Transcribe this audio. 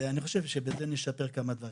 אני חושב שבזה נשפר כמה דברים.